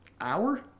hour